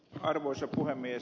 arvoisa puhemies